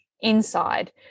inside